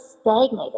stagnated